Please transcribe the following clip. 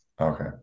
Okay